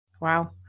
Wow